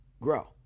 grow